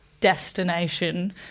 destination